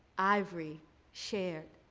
ivory shared.